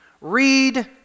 Read